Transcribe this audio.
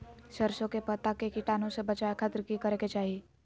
सरसों के पत्ता के कीटाणु से बचावे खातिर की करे के चाही?